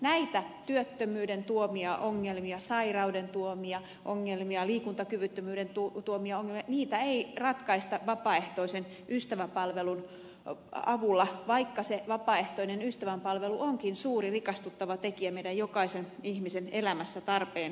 näitä työttömyyden tuomia ongelmia sairauden tuomia ongelmia liikuntakyvyttömyyden tuomia ongelmia niitä ei ratkaista vapaaehtoisen ystävänpalvelun avulla vaikka se vapaaehtoinen ystävänpalvelu onkin suuri rikastuttava tekijä meidän jokaisen ihmisen elämässä tarpeen tullen